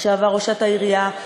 לשעבר ראשת העירייה,